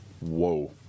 Whoa